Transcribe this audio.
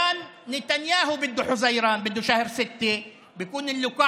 נתניהו רוצה ביוני, לאחר שהחיסונים יגיעו.